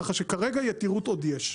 ככה שכרגע יתירות עוד יש.